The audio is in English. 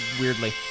weirdly